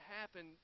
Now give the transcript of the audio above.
happen